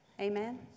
amen